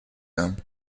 him